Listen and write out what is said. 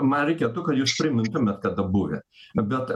man reikėtų kad jūs priimtumėt kada buvę bet